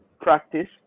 Practice